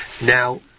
Now